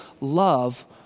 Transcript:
love